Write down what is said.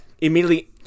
immediately